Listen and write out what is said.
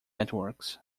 networks